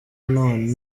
none